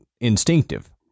instinctive